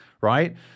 right